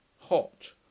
hot